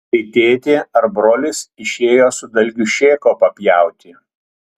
tai tėtė ar brolis išėjo su dalgiu šėko papjauti